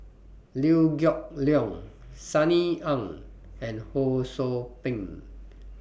Liew Geok Leong Sunny Ang and Ho SOU Ping